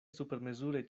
supermezure